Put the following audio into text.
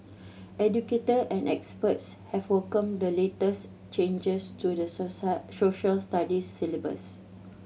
educator and experts have welcomed the latest changes to the Social Studies syllabus